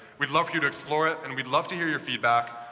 we'd love for you to explore it, and we'd love to hear your feedback.